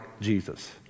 Jesus